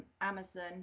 Amazon